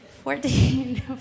Fourteen